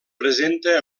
presenta